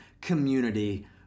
community